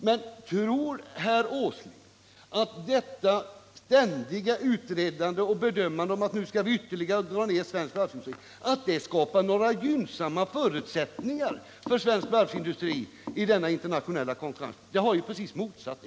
Men tror herr Åsling att detta ständiga utredande och bedömande, som går ut på att man ytterligare skall dra ned svensk varvsindustri, skapar gynnsamma förutsättningar för svensk varvsindustri i den internationella konkurrensen? Effekten blir ju den rakt motsatta.